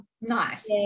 Nice